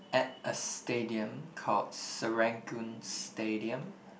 at a stadium called Serangoon Stadium